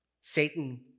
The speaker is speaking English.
Satan